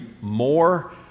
more